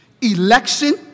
election